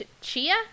Chia